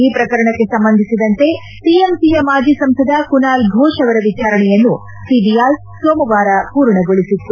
ಈ ಪ್ರಕರಣಕ್ಕೆ ಸಂಬಂಧಿಸಿದಂತೆ ಟಿಎಂಸಿಯ ಮಾಜಿ ಸಂಸದ ಕುನಾಲ್ ಫೋಷ್ ಅವರ ವಿಚಾರಣೆಯನ್ನು ಸಿಬಿಐ ಸೋಮವಾರ ಪೂರ್ಣಗೊಳಿಸಿತ್ತು